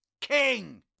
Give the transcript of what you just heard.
king